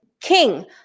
king